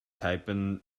typen